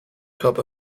cup